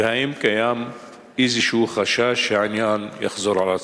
והאם קיים איזשהו חשש שהעניין יחזור על עצמו?